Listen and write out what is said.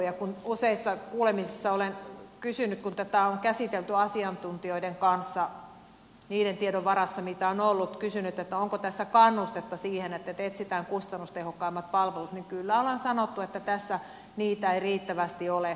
ja kun useissa kuulemisissa olen kysynyt kun tätä on käsitelty asiantuntijoiden kanssa niiden tietojen varassa mitä on ollut onko tässä kannustetta siihen että etsitään kustannustehokkaimmat palvelut niin kyllä ollaan sanottu että tässä niitä ei riittävästi ole